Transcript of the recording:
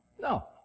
No